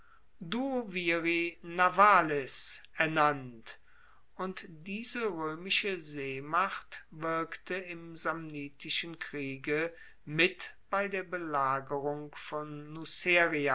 ernannt und diese roemische seemacht wirkte im samnitischen kriege mit bei der belagerung von